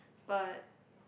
but